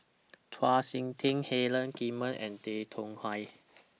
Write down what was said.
Chau Sik Ting Helen and Tay Chong Hai